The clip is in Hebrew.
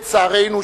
לצערנו,